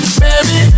baby